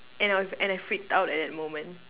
and I and I freaked out at that moment